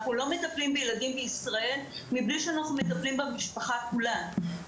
אנחנו לא מטפלים בילדים בישראל בלי שאנחנו מטפלים במשפחה כולה.